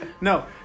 No